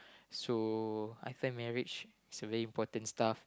so after marriage it's a very important stuff